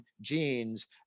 genes